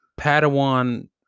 Padawan